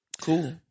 cool